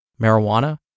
marijuana